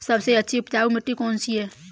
सबसे अच्छी उपजाऊ मिट्टी कौन सी है?